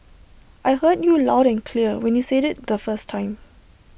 I heard you loud and clear when you said IT the first time